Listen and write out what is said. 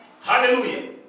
Hallelujah